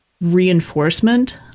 reinforcement